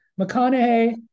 McConaughey